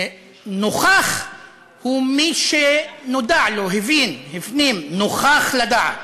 נוכַח הוא מי שנודע לו, הבין, הפנים, נוכַח לדעת.